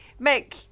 Mick